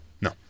No